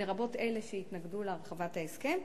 לרבות אלה שהתנגדו להרחבת ההסכם,